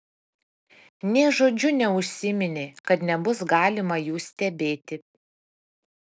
nė žodžiu neužsiminė kad nebus galima jų stebėti